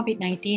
COVID-19